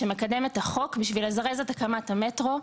שמקדם את החוק בשביל לזרז את הקמת המטרו.